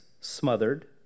smothered